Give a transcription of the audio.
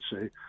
say